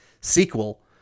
sequel